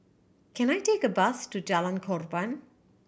can I take a bus to Jalan Korban